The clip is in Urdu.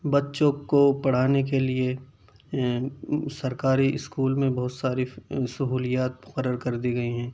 بچوں کو پڑھانے کے لیے سرکاری اسکول میں بہت ساری سہولیات مقرر کر دی گئی ہیں